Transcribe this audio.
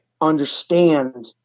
understand